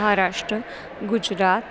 Maharashtra Gujarat